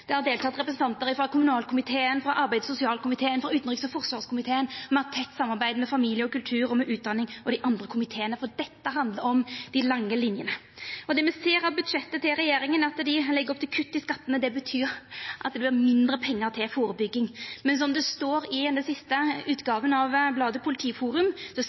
Det har delteke representantar frå kommunal- og forvaltingskomiteen, frå arbeids- og sosialkomiteen og frå utanriks- og forsvarskomiteen. Me har tett samarbeid med familie- og kulturkomiteen, med kirke-, utdannings- og forskingskomiteen og dei andre komitéane, for dette handlar om dei lange linjene. Det me ser av budsjettet til regjeringa, er at dei legg opp til kutt i skattane. Det betyr at ein har mindre pengar til førebygging, men som det står i